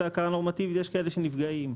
ויש כאלה שנפגעים.